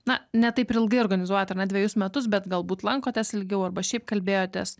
na ne taip ir ilgai organizuojat ar ne dvejus metus bet galbūt lankotės ilgiau arba šiaip kalbėjotės